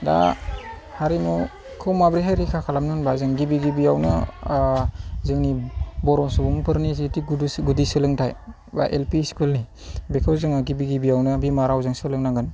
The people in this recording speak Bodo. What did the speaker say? दा हारिमुखौ माब्रैहाय रैखा खालामनो होनब्ला जों गिबि गिबियावनो जोंनि बर' सुबुंफोरनि जिहुथु गुदि सोलोंथाइ एबा एल पि स्कुलनि बेखौ जोङो गिबि गिबियावनो बिमा रावजों सोलोंनांगोन